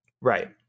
Right